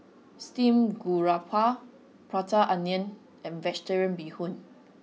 steamed garoupa prata onion and vegetarian bee hoon